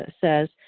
says